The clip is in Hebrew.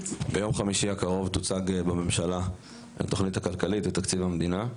ביום חמישי הקרוב תוצג בממשלה התוכנית הכלכלית ותקציב המדינה,